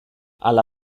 alla